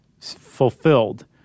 fulfilled